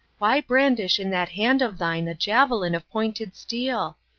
why brandish in that hand of thine a javelin of pointed steel?